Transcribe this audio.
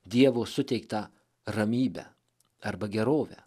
dievo suteiktą ramybę arba gerovę